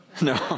No